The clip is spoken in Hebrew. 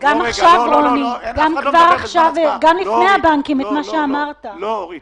אנחנו מדברים כרגע על קרן לעסקים גדולים,